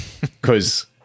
because-